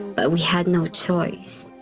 but we had no choice.